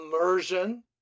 immersion